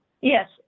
Yes